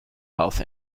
health